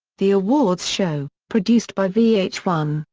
the awards show, produced by v h one,